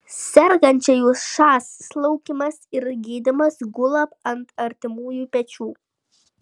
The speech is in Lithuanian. sergančiųjų šas slaugymas ir gydymas gula ant artimųjų pečių